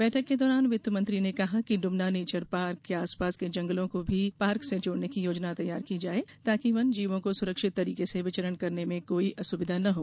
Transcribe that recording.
बैठक के दौरान वित्त मंत्री ने कहा कि डुमना नेचर पार्क के आस पास के जंगलों को भी पार्क से जोड़ने की योजना तैयार की जाए ताकि वन जीवों को सुरक्षित तरीके से विचरण करने में कोई असुविधा न हो